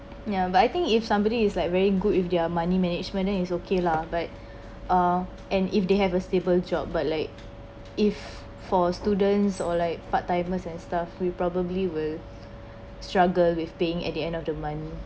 ya but I think if somebody is like very good with their money management then is okay lah but uh and if they have a stable job but like if for students or like part timers and stuff we probably will struggle with paying at the end of the month